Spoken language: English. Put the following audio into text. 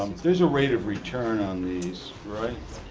there's a rate of return on these, right?